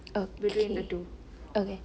okay okay